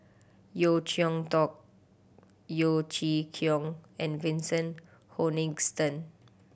Yeo Cheow Tong Yeo Chee Kiong and Vincent Hoisington